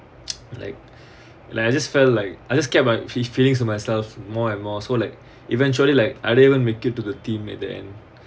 like like I just felt like I just kept my fee~ feelings to myself more and more so like eventually like I didn't even make it to the team at the end